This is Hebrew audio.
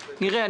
נראה.